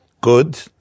good